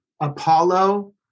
Apollo